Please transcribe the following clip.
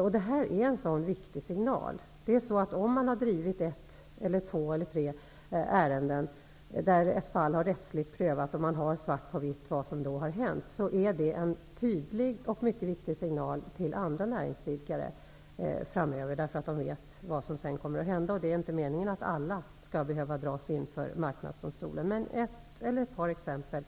Om vi för ett eller några ärenden till Marknadsdomstolen och genom en rättslig prövning får svart på vitt vad som gäller, är det en mycket viktig signal till andra näringsidkare. Det är alltså inte meningen att alla skall behöva dras inför Marknadsdomstolen. Ett eller ett par fall